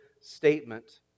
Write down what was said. statement